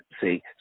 see